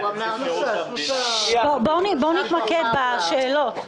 ששש, בואו נתמקד בשאלות.